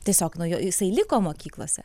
tiesiog nu jo jisai liko mokyklose